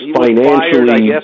financially